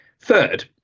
Third